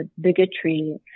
bigotry